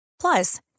Plus